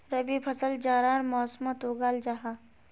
रबी फसल जाड़ार मौसमोट उगाल जाहा